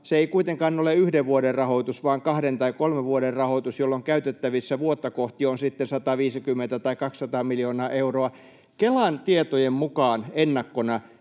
ei kuitenkaan ole yhden vuoden rahoitus vaan kahden tai kolmen vuoden rahoitus, jolloin käytettävissä vuotta kohti on sitten 150 tai 200 miljoonaa euroa Kelan tietojen mukaan ennakkona,